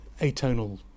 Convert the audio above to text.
atonal